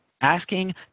asking